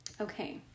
okay